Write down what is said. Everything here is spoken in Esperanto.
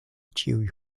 ĉiuj